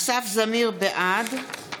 בעד